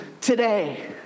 today